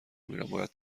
میرم، باید